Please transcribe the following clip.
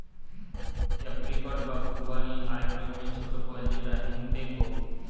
apricot বা খুবানি আক রকমের ছোট ফল যেটা হেংটেং হউক